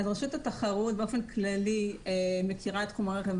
רשות התחרות באופן כללי מכירה את תחום הרכב,